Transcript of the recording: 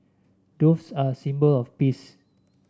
doves are a symbol of peace